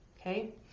Okay